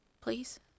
please